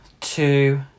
two